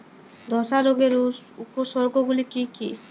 ধসা রোগের উপসর্গগুলি কি কি?